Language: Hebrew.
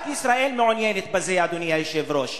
רק ישראל מעוניינת בזה, אדוני היושב-ראש.